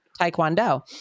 Taekwondo